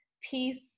peace